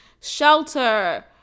shelter